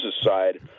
side